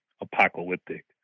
apocalyptic